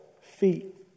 feet